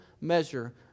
measure